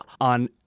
on